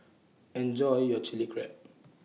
Enjoy your Chili Crab